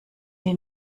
die